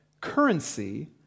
currency